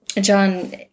John